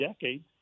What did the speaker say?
decades